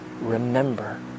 remember